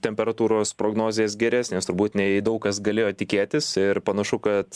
temperatūros prognozės geresnės turbūt nei daug kas galėjo tikėtis ir panašu kad